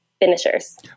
finishers